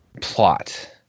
plot